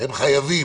הם חייבים